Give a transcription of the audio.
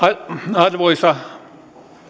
arvoisa